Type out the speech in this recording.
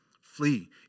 Flee